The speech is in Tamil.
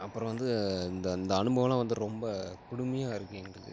அப்புறம் வந்து இந்த இந்த அனுபவம்லாம் வந்து ரொம்ப கொடுமையாக இருக்கு எங்களுக்கு